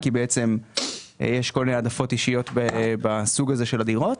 כי יש כל מיני העדפות אישיות בסוג הזה של הדירות,